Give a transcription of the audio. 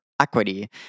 equity